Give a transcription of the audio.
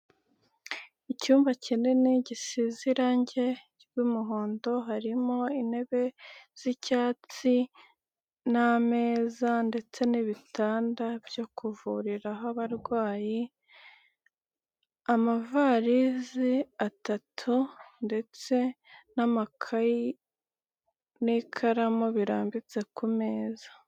Icyumba kinini gisize irange ry'umuhondo harimo intebe z'icyatsi n'meza ndetse n'ibitanda byo kuvuriraho abarwayi, amavarizi atatu ndetse n'amakayi n'ikaramu birambitse ku meza.